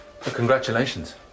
congratulations